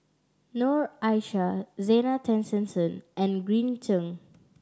Noor Aishah Zena Tessensohn and Green Zeng